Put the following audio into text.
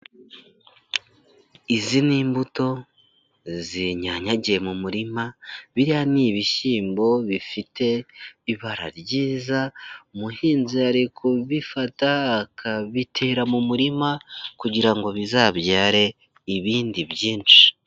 Izi ni imbuto zinyanyagiye mu murima, biriya ni ibishyimbo bifite ibara ryiza, umuhinzi ari kubifata aka bitera mu murima kugira ngo bizabyare ibindi byinshi.